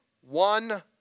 one